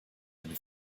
eine